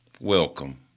Welcome